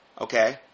Okay